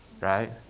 right